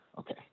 Okay